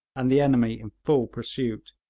and the enemy in full pursuit,